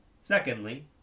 Secondly